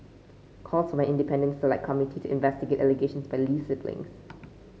calls for an independent select committee to investigate allegations by Lee siblings